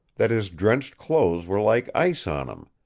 that his drenched clothes were like ice on him,